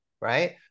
right